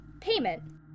payment